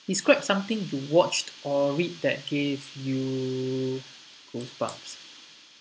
describe something to watched or read that gave you goosebumps